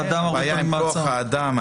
הבעיה היא עם כוח האדם.